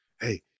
hey